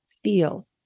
Feel